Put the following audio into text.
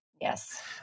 Yes